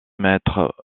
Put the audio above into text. maître